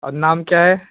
और नाम क्या है